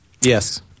Yes